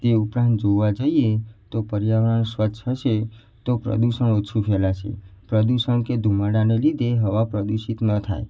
તે ઉપરાંત જોવા જઈએ તો પર્યાવરણ સ્વચ્છ હશે તો પ્રદૂષણ ઓછું ફેલાશે પ્રદૂષણ કે ધુમાડાને લીધે હવા પ્રદૂષિત ન થાય